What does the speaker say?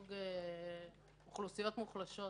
ייצוג אוכלוסיות מוחלשות